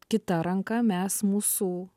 kita ranka mes mūsų